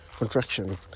Contraction